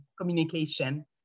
communication